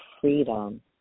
freedom